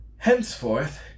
Henceforth